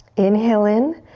inhale in.